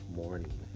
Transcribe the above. morning